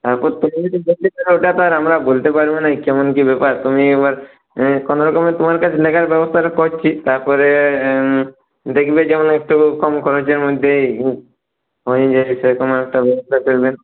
তারপর থেকেই ওটাতো আমরা বলতে পারবো না কেমন কি ব্যাপার তুমি আমার কোন রকমে তোমার কাছে নিয়ে যাবার ব্যবস্থা করছি তারপরে দেখবে যেমন একটু কম খরচের মধ্যে হয়ে যায় সেরকমের একটা ব্যবস্থা করবেন